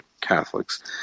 Catholics